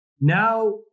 Now